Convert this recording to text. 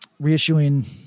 reissuing